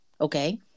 okay